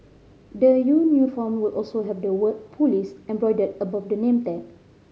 the new uniform will also have the word police embroidered above the name tag